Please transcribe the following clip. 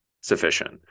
sufficient